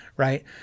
Right